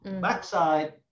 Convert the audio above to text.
backside